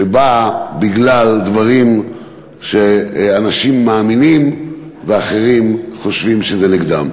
שבאה בגלל דברים שאנשים מאמינים ואחרים חושבים שזה נגדם.